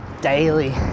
daily